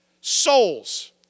souls